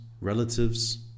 relatives